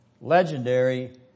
legendary